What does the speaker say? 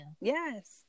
yes